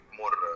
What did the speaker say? more